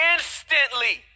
Instantly